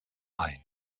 ein